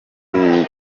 imwe